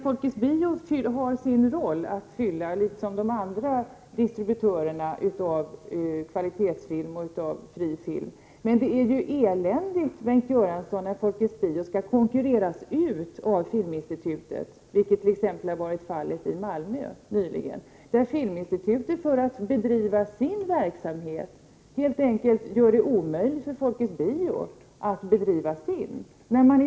Folkets Bio har sin plats att fylla, liksom de andra distributörerna av kvalitetsfilm och fri film. Det är dock eländigt, Bengt Göransson, när Folkets Bio konkurreras ut av Filminstitutet, vilket t.ex. nyligen har varit fallet i Malmö. För att kunna bedriva sin verksamhet har Filminstitutet helt enkelt gjort det omöjligt för Folkets Bio att bedriva sin.